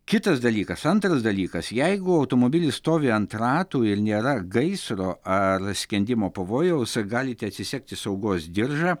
kitas dalykas antras dalykas jeigu automobilis stovi ant ratų ir nėra gaisro ar skendimo pavojaus galite atsisegti saugos diržą